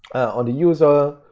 on the user,